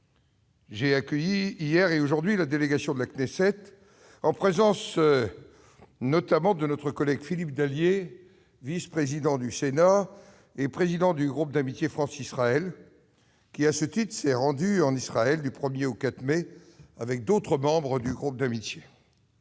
J'ai accueilli hier et aujourd'hui la délégation de la Knesset, en présence notamment de notre collègue Philippe Dallier, vice-président du Sénat et président du groupe d'amitié France-Israël, qui, à ce titre, s'est rendu en Israël du 1 au 4 mai avec d'autres membres du groupe d'amitié.